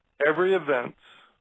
every event